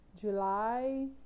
July